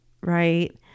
right